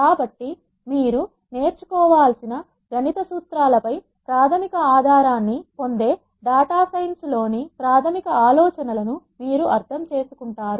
కాబట్టి మీరు నేర్చుకోవాల్సిన గణిత సూత్రాలపై ప్రాథమిక ఆధారాన్ని పొందే డేటా సైన్స్ లోని ప్రాథమిక ఆలోచనలను మీరు అర్థం చేసుకుంటారు